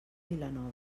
vilanova